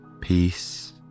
peace